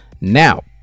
Now